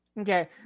okay